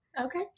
Okay